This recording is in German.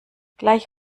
gleich